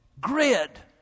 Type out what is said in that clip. grid